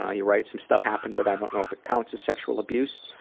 he writes, some stuff happened but i don't know if it counts as sexual abuse.